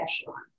echelon